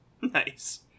Nice